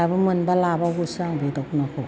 दाबो मोनबा लाबावगौसो आं बे दख'नाखौ